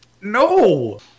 No